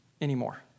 anymore